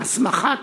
הסמכת